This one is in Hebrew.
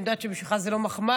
אני יודעת שבשבילך זו לא מחמאה,